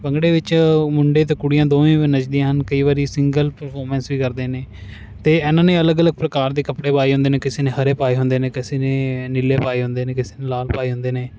ਭੰਗੜੇ ਵਿੱਚ ਮੁੰਡੇ ਅਤੇ ਕੁੜੀਆਂ ਦੋਵੇਂ ਨੱਚਦੀਆਂ ਹਨ ਕਈ ਵਾਰ ਸਿੰਗਲ ਪ੍ਰਫੋਰਮੈਂਸ ਵੀ ਕਰਦੇ ਨੇ ਅਤੇ ਇਨ੍ਹਾਂ ਦੇ ਅਲੱਗ ਅਲੱਗ ਪ੍ਰਕਾਰ ਦੇ ਕੱਪੜੇ ਪਾਏ ਹੁੰਦੇ ਨੇ ਕਿਸੇ ਨੇ ਹਰੇ ਪਾਏ ਹੁੰਦੇ ਨੇ ਕਿਸੇ ਨੇ ਨੀਲੇ ਪਾਏ ਹੁੰਦੇ ਨੇ ਕਿਸੇ ਨੇ ਲਾਲ ਪਾਏ ਹੁੰਦੇ ਨੇ